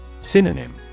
Synonym